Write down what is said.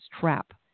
trap